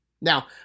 Now